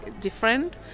different